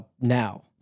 now